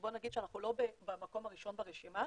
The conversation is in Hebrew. בוא נגיד שאנחנו לא במקום הראשון ברשימה,